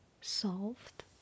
solved